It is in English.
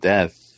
Death